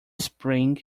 spring